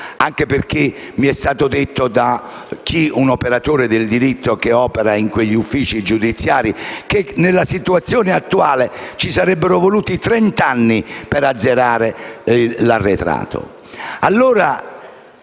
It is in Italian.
ricordo che vi è stato detto da un operatore del diritto che opera in quegli uffici giudiziari che, nella situazione attuale, servirebbero trent'anni per azzerare l'arretrato.